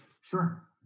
Sure